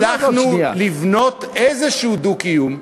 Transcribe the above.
הצלחנו לבנות איזשהו דו-קיום,